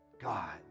God